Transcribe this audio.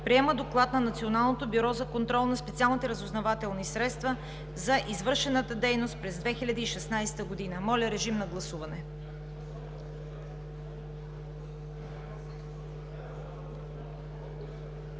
Приема доклад на Националното бюро за контрол на специалните разузнавателни средства за извършената дейност през 2016 г.“ Моля, режим на гласуване.